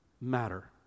matter